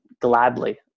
gladly